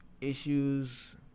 issues